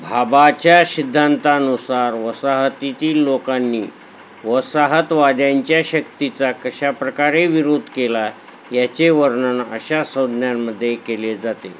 भाभाच्या सिद्धांतानुसार वसाहतीतील लोकांनी वसाहतवाद्यांच्या शक्तीचा कशा प्रकारे विरोध केला याचे वर्णन अशा संज्ञांमध्ये केले जाते